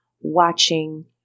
Watching